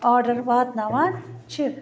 order واتناوان چھِ